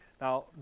Now